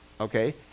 Okay